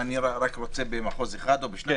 שאומרים: אני רק רוצה במחוז אחד או בשניים?